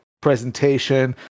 presentation